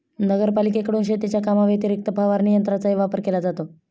नगरपालिकेकडून शेतीच्या कामाव्यतिरिक्त फवारणी यंत्राचाही वापर केला जातो